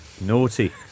Naughty